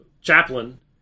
chaplain